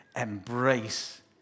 embrace